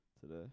Today